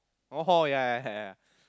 oh ya ya ya